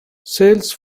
sales